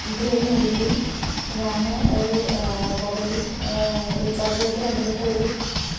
എൻ്റെ പേര് മെൽബി ഞാൻ ഒരു മൊബൈൽ റീചാർജ്ജുമായിട്ട് ബന്ധപ്പെട്ട് ഒരു